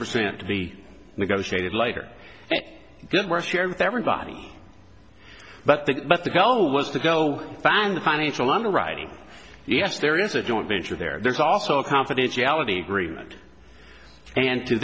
percent to be negotiated later good were shared with everybody but the but the go was to go find the financial underwriting yes there is a joint venture there there's also a confidentiality agreement and to